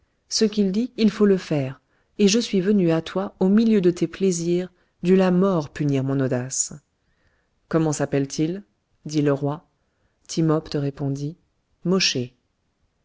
ce qu'il dit il faut le faire et je suis venu à toi au milieu de tes plaisirs dût la mort punir mon audace comment s'appelle-t-il dit le roi timopht répondit